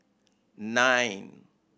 nine